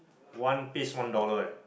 one piece one dollar ah